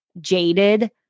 jaded